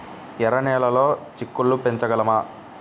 ఎర్ర నెలలో చిక్కుళ్ళు పెంచగలమా?